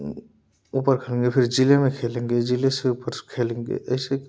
ऊपर खेलेंगे फिर जिले में खेलेंगे जिले से ऊपर खेलेंगे ऐसे